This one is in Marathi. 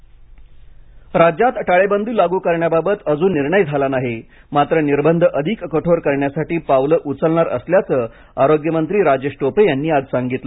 टोपे राज्यात टाळेबंदी लागू करण्याबाबत अजून निर्णय झाला नाही मात्र निर्बंध अधिक कठोर करण्यासाठी पावलं उचलणार असल्याचं आरोग्यमंत्री राजेश टोपे यांनी आज सांगितलं